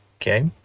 okay